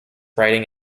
riding